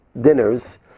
dinners